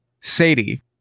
sadie